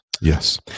Yes